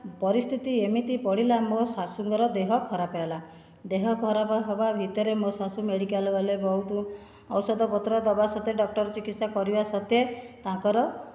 ପରିସ୍ଥିତି ଏମିତି ପଡ଼ିଲା ମୋ ଶାଶୂଙ୍କର ଦେହ ଖରାପ ହେଲା ଦେହ ଖରାପ ହେବା ଭିତରେ ମୁଁ ମୋ ଶାଶୁ ମେଡ଼ିକାଲ ଗଲେ ବହୁତ ଔଷଧପତ୍ର ଦେବା ସତ୍ତ୍ୱେ ଡକ୍ଟର ଚିକିତ୍ସା କରିବା ସତ୍ତ୍ୱେ ତାଙ୍କର